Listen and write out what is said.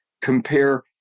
compare